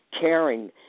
caring